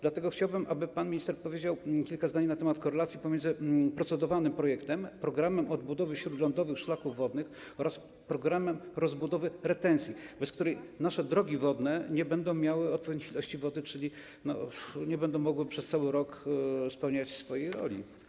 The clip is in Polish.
Dlatego chciałbym, aby pan minister powiedział kilka zdań na temat korelacji pomiędzy procedowanym projektem, programem odbudowy śródlądowych szlaków wodnych oraz programem rozbudowy retencji, bez której nasze drogi wodne nie będą miały odpowiedniej ilości wody, czyli nie będą mogły przez cały rok spełniać swojej roli.